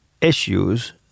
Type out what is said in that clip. issues